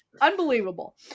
unbelievable